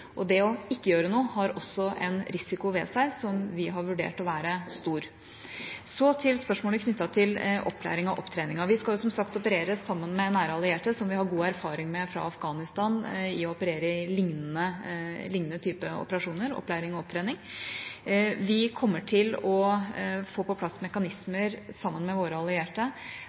Det ikke å gjøre noe har også en risiko ved seg som vi har vurdert til å være stor. Så til spørsmålet knyttet til opplæringen og opptreningen. Vi skal som sagt operere sammen med nære allierte som vi har god erfaring med fra Afghanistan i å operere i liknende type operasjoner – opplæring og opptrening. Vi kommer til å få på plass